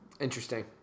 Interesting